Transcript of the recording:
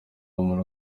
muntu